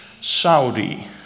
Saudi